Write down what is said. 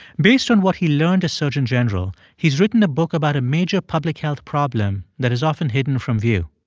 based on what he learned as surgeon general, he's written a book about a major public health problem that is often hidden from view.